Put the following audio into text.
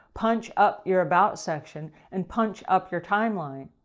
punch up your about section, and punch up your timeline.